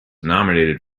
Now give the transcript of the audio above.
nominated